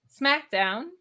Smackdown